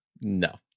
No